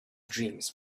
dreams